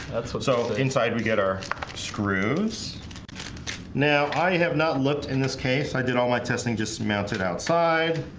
that's what's so inside. we get our screws now i have not looked in this case i did all my testing just mount it outside